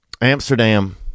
amsterdam